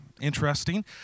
interesting